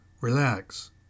relax